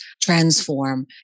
transform